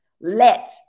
Let